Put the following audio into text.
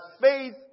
faith